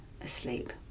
asleep